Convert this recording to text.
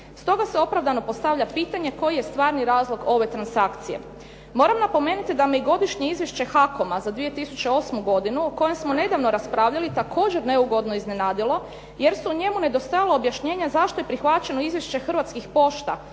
Stoga se opravdano postavlja pitanje koji je stvarni razlog ove transakcije. Moram napomenuti da me i godišnje izvješće HAKOM-a za 2008. godinu o kojem smo nedavno raspravljali također neugodno iznenadilo jer su u njemu nedostajala objašnjenja zašto je prihvaćeno izvješće Hrvatskih pošta